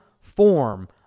form